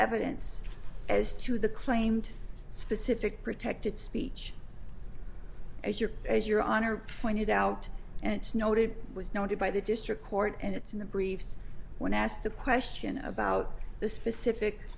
evidence as to the claimed specific protected speech as your as your honor pointed out and it's noted was noted by the district court and it's in the briefs when asked the question about the specific